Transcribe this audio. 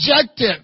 objective